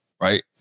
right